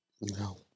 No